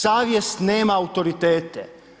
Savjest nema autoritete.